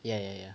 ya ya ya